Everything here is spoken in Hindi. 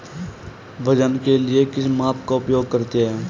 वजन के लिए किस माप का उपयोग करते हैं?